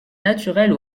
naturelle